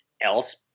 else